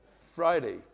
Friday